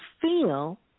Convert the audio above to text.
feel